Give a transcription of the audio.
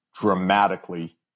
dramatically